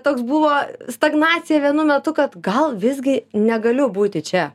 toks buvo stagnacija vienu metu kad gal visgi negaliu būti čia